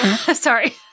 Sorry